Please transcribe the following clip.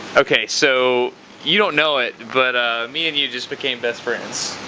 ok so you don't know it but ah me and you just became best friends.